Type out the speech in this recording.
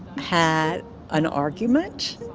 had an argument.